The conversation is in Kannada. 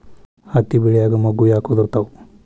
ಹತ್ತಿ ಬೆಳಿಯಾಗ ಮೊಗ್ಗು ಯಾಕ್ ಉದುರುತಾವ್?